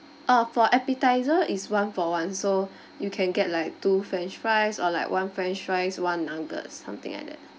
ah for appetiser is one for one so you can get like two french fries or like one french fries one nuggets something like that